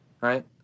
Right